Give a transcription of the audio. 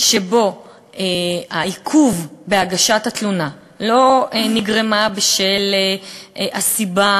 שבו העיכוב בהגשת התלונה לא נגרם בשל הסיבה